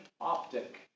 optic